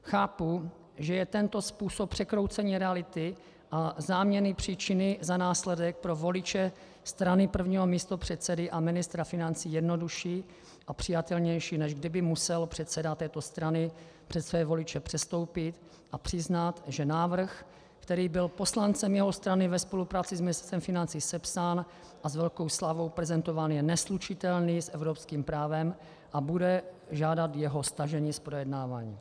Chápu, že je tento způsob překroucení reality a záměny příčiny za následek pro voliče strany prvního místopředsedy a ministra financí jednodušší a přijatelnější, než kdyby musel předseda této strany před své voliče předstoupit a přiznat, že návrh, který byl poslancem jeho strany ve spolupráci s Ministerstvem financí sepsán a s velkou slávou prezentován, je neslučitelný s evropským právem a bude žádat jeho stažení z projednávání.